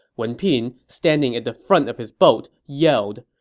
wen pin, standing at the front of his boat, yelled,